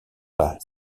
pas